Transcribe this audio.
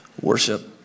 worship